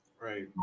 right